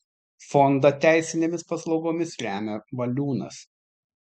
fondą teisinėmis paslaugomis remia valiunas